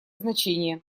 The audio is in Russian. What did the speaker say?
значение